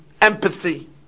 empathy